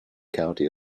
county